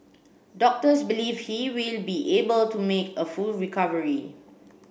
doctors believe he will be able to make a full recovery